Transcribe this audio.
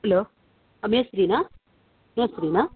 hello ಮೇಸ್ತ್ರಿನಾ ಮೇಸ್ತ್ರಿನಾ